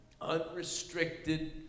unrestricted